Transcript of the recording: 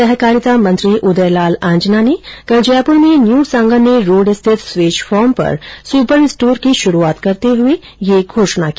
सहकारिता मंत्री उदय लाल आंजना ने कल जयपुर में न्यू सांगानेर रोड स्थित स्वेज फार्म पर सुपर स्टोर की शुरूआत करते हुए ये घोषणा की